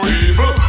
evil